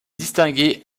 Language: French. distinguer